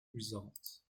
results